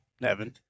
Nevin